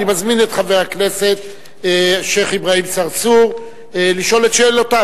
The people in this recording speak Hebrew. אני מזמין את חבר הכנסת שיח' אברהים צרצור לשאול את שאלותיו.